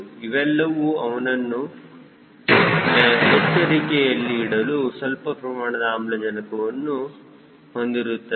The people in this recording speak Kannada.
ಇವೆಲ್ಲವೂ ಅವನನ್ನು ಎಚ್ಚರಿಕೆಯಲ್ಲಿ ಇಡಲು ಸ್ವಲ್ಪ ಪ್ರಮಾಣದ ಆಮ್ಲಜನಕವನ್ನು ಹೊಂದಿರುತ್ತದೆ